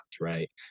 right